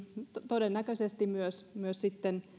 todennäköisesti myös sitten